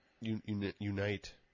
unite